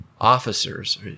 officers